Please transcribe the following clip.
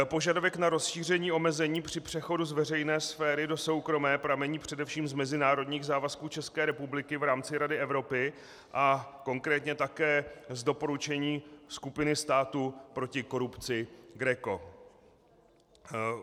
Požadavek na rozšíření omezení při přechodu z veřejné sféry do soukromé pramení především z mezinárodních závazků České republiky v rámci Rady Evropy a konkrétně také z doporučení skupiny států proti korupci GRECO.